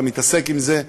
אתה מתעסק עם זה,